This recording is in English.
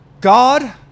God